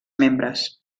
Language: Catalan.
membres